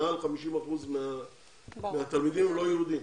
מעל 50% מהתלמידים הם לא יהודים.